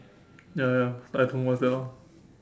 ya ya I don't know what's that ah